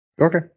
Okay